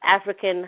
African